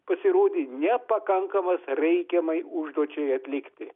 pasirodė nepakankamas reikiamai užduočiai atlikti